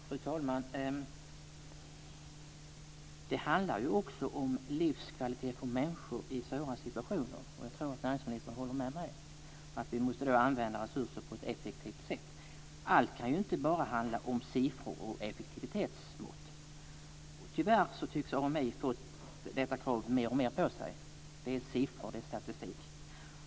Fru talman! Det handlar ju också om livskvalitet för människor i svåra situationer. Jag tror att näringsministern håller med mig om att vi måste använda resurser på ett effektivt sätt. Allt kan inte bara handla om siffror och effektivitetsmått. Tyvärr tycks AMI ha fått detta krav på sig mer och mer. Det handlar om siffror och statistik.